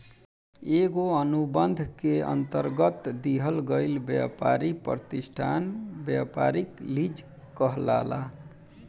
एगो अनुबंध के अंतरगत दिहल गईल ब्यपारी प्रतिष्ठान ब्यपारिक लीज कहलाला